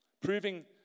proving